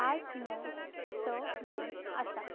आठ णव स दोन आसा